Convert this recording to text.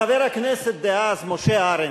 חבר הכנסת דאז, משה ארנס,